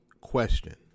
question